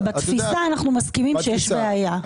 בתפיסה אנו מסכימים שיש בעיה.